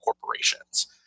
corporations